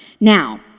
Now